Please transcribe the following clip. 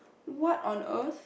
what on earth